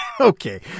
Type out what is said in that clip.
Okay